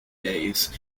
days